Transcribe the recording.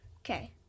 Okay